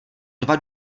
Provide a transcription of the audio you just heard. dva